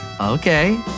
Okay